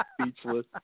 speechless